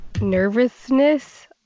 nervousness